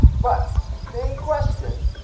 but same question,